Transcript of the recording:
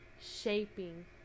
shaping